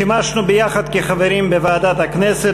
שימשנו ביחד כחברים בוועדת הכנסת